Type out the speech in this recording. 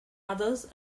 others